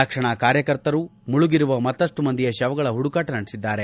ರಕ್ಷಣಾ ಕಾರ್ಯಕರ್ತರು ಮುಳುಗಿರುವ ಮತ್ತಷ್ಟು ಮಂದಿಯ ಶವಗಳ ಹುಡುಕಾಟ ನಡೆಸಿದ್ದಾರೆ